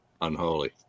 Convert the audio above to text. unholy